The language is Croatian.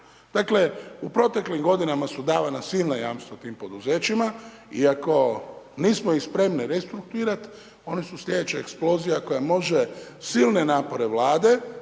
Dakle, u proteklim godinama su davana silna jamstva tim poduzećima i ako nismo ih spremni restrukturirati, oni su slijedeća eksplozija koja može silne napore Vlade,